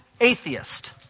atheist